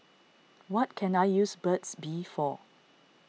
what can I use Burt's Bee for